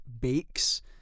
Bakes